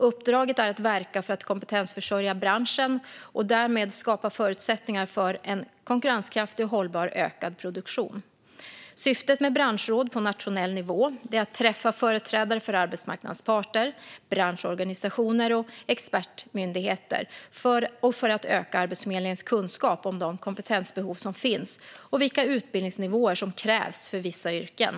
Uppdraget är att verka för att kompetensförsörja branschen och därmed skapa förutsättningar för en konkurrenskraftig och hållbar ökad produktion. Syftet med branschråd på nationell nivå är att träffa företrädare för arbetsmarknadens parter, branschorganisationer och expertmyndigheter och att öka Arbetsförmedlingens kunskap om de kompetensbehov som finns och vilka utbildningsnivåer som krävs för vissa yrken.